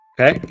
Okay